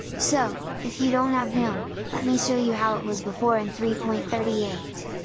so, if you don't have gnome, let me show you how it was before in three point three eight!